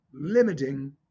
limiting